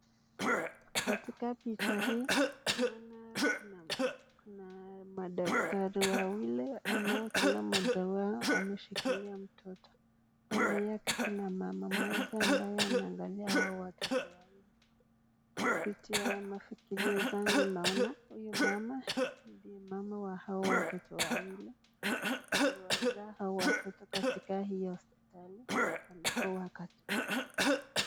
Katika picha hii, naona kuna madaktari wawili ambao kila moja wao ameshikilia mtoto. Kando yake kuna mama moja ambaye anaangalia hawa watoto wawili. Picha kwa mafikirio vyangu naona huyu- mama ndiye mama wa hawa watoto wawili. Aliwazaa hawa watoto katika hii hospitali aliko wakabidhi.